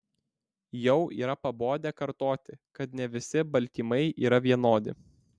jau yra pabodę kartoti kad ne visi baltymai yra vienodi